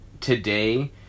today